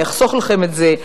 אני אחסוך לכם את זה.